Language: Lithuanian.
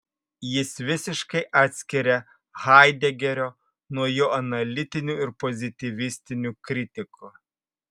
jis visiškai atskiria haidegerio nuo jo analitinių ir pozityvistinių kritikų